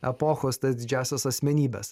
epochos tas didžiąsias asmenybes